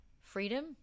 Freedom